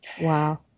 Wow